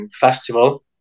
festival